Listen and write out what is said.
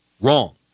wrong